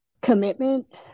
commitment